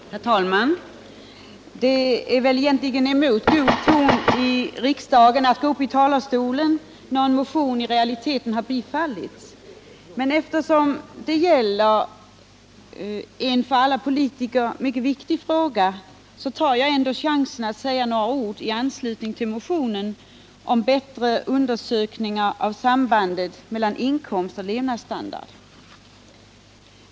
Herr talman! Det är väl egentligen emot god ton i riksdagen att gå upp i talarstolen när en motion i realiteten har tillgodosetts. Eftersom det gäller en för alla politiker viktig fråga tar jag ändå chansen att säga några ord i anslutning till motionen om bättre undersökningar av sambandet mellan inkomst och levnadsstandard.